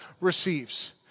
receives